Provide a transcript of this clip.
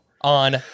on